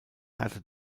hatte